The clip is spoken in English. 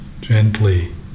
gently